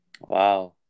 wow